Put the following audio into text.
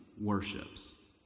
worships